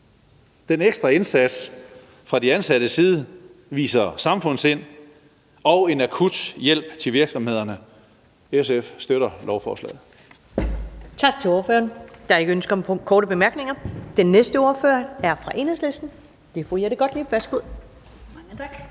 Den ekstra indsats fra de ansattes side viser samfundssind og en akut hjælp til virksomhederne. SF støtter lovforslaget.